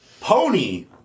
Pony